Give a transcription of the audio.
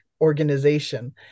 organization